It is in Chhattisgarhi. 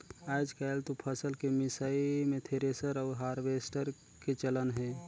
आयज कायल तो फसल के मिसई मे थेरेसर अउ हारवेस्टर के चलन हे